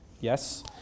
Yes